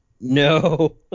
No